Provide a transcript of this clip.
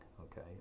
okay